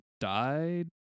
died